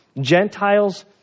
gentiles